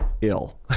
ill